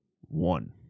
One